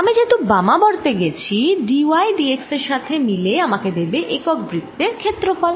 আমি যেহেতু বামাবর্তে গেছি d x d y এর সাথে মিলে আমাকে দেবে একক বৃত্তের ক্ষেত্র ফল